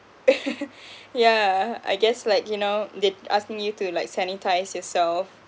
yeah I guess like you know they asking you to like sanitise yourself